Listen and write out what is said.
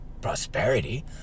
prosperity